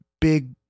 big